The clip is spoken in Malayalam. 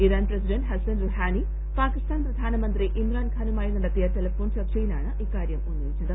Iran president Hassan Rouhani Pakistan പ്രധാനമന്ത്രി ഇമ്രാൻഖാനുമായി നടത്തിയ ടെലഫോൺ ചർച്ചയിലാണ് ഇക്കാര്യം ഉന്നയിച്ചത്